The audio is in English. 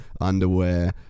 Underwear